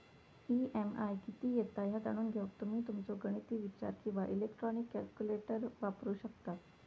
EMI किती येता ह्या जाणून घेऊक तुम्ही तुमचो गणिती विचार किंवा इलेक्ट्रॉनिक कॅल्क्युलेटर वापरू शकता